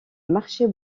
marchés